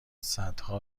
صدها